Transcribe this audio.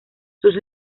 sus